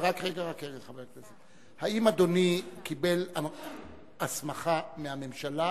האם אדוני קיבל הסמכה מהממשלה,